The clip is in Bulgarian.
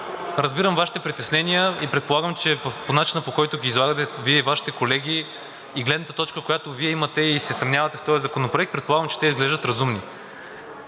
разбирам Вашите притеснения и предполагам, че по начина, по който ги излагате Вие и Вашите колеги, и гледната точка, която Вие имате и се съмнявате в този законопроект, предполагам, че те изглеждат разумни.